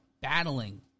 battling